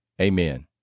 Amen